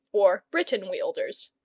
or britain-wielders.